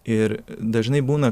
ir dažnai būna